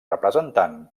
representant